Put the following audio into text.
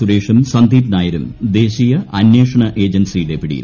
സുരേഷും സന്ദീപ് നായരും ദേശീയ അന്വേഷണ ഏജൻസിയുടെ പിടിയിൽ